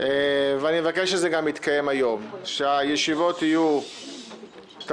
ואני מבקש שזה יתקיים גם היום ושהישיבות תהיינה תמציתיות,